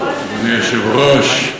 אדוני היושב-ראש,